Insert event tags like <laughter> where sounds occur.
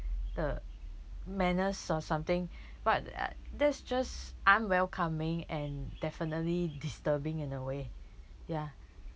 the manners or something but <noise> that's just unwelcoming and definitely disturbing in a way ya